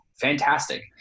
fantastic